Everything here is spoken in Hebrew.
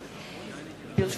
מתנגדים, 3,